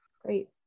great